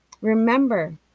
Remember